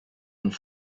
und